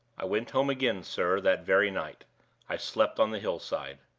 i went home again, sir, that very night i slept on the hill-side.